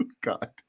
God